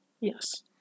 Yes